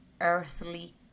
earthly